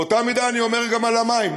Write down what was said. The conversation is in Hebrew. באותה מידה אני אומר גם על המים.